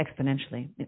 exponentially